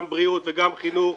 גם בריאות וגם חינוך,